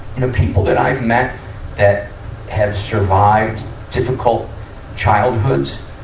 know, people that i've met that have survived difficult childhoods,